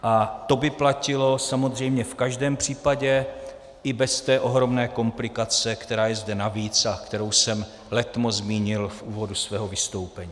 A to by platilo samozřejmě v každém případě i bez té ohromné komplikace, která je zde navíc a kterou jsem letmo zmínil v úvodu svého vystoupení.